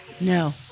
No